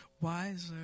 Wiser